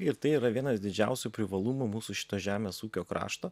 ir tai yra vienas didžiausių privalumų mūsų šito žemės ūkio krašto